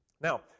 Now